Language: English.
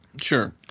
Sure